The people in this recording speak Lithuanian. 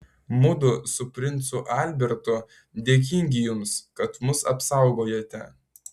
mudu su princu albertu dėkingi jums kad mus apsaugojote